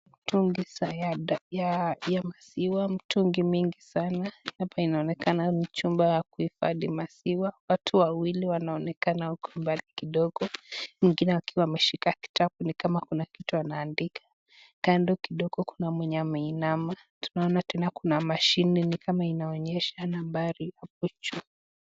Mitungi ya maziwa, mitungi mingi sana, hapa inaonekana ni chumba ya kuhifadhi maziwa ,watu wawili wanaonekana wako mbali kidogo, mwingine akiwa ameshika kitabu ni kama kuna kitu anaandika, kando kidogo kuna mwenye ameinama, tunaona tena kuna mashine ni kama inaonyesha nambari hapo juu.